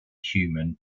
human